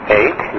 eight